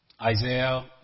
Isaiah